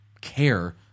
care